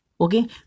okay